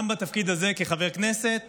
גם בתפקיד הזה כחבר הכנסת